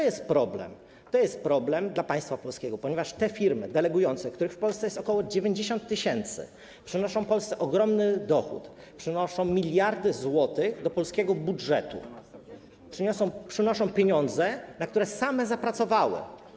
I to jest problem dla państwa polskiego, ponieważ te firmy delegujące, których w Polsce jest ok. 90 tys., przynoszą Polsce ogromny dochód, przynoszą miliardy złotych do polskiego budżetu, przynoszą pieniądze, na które same zapracowały.